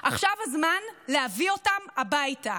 עכשיו הזמן להביא אותם הביתה.